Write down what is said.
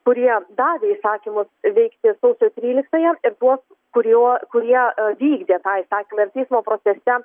kurie davė įsakymus veikti sausio tryliktąją ir tuos kuriuo kurie vykdė tą įsakymą ir teismo procese